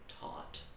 taught